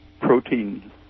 protein